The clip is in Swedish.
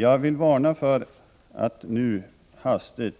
Jag vill varna för att nu rubricera den